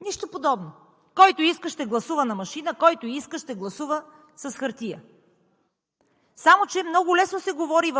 Нищо подобно. Който иска, ще гласува на машина, който иска, ще гласува с хартия. Само че много лесно се говори